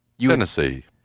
Tennessee